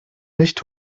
nicht